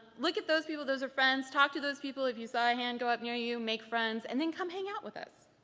look at those people, those are friends, talk to those people if you saw a hand go up near you, make friends, and then come hang out with us.